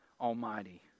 Almighty